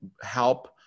help